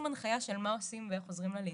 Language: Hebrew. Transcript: הנחיה של מה עושים ואיך עוזרים לה להתאזן.